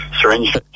syringe